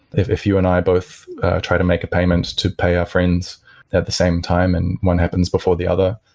if if you and i both try to make a payment to pay our friends at the same time and one happens before the other,